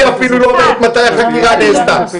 היא אפילו לא אומרת מתי החקירה נעשתה.